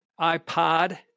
iPod